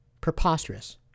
Preposterous